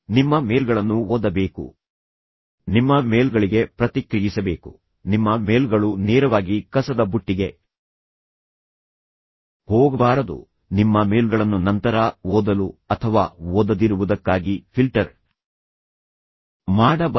ನಿಮ್ಮ ಮೇಲ್ಗಳನ್ನು ಓದಬೇಕು ನಿಮ್ಮ ಮೇಲ್ಗಳಿಗೆ ಪ್ರತಿಕ್ರಿಯಿಸಬೇಕು ನಿಮ್ಮ ಮೇಲ್ಗಳು ನೇರವಾಗಿ ಕಸದ ಬುಟ್ಟಿಗೆ ಹೋಗಬಾರದು ನಿಮ್ಮ ಮೇಲ್ಗಳನ್ನು ನಂತರ ಓದಲು ಅಥವಾ ಓದದಿರುವುದಕ್ಕಾಗಿ ಫಿಲ್ಟರ್ ಮಾಡಬಾರದು